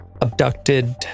abducted